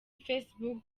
facebook